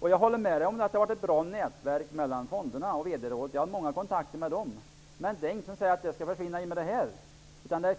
Jag håller med om att det har varit ett bra nätverk mellan fonderna och i vd-rådet. Jag har haft många kontakter med dem. Men ingenting säger att det skall försvinna i och med den här förändringen.